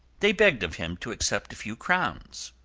they begged of him to accept a few crowns.